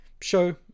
show